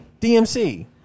DMC